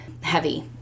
heavy